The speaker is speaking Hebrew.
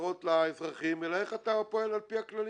צרות לאזרחים אלא איך אתה פועל על פי הכללים.